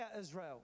Israel